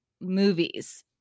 movies